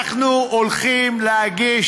אנחנו הולכים להגיש